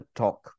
talk